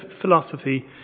philosophy